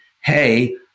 hey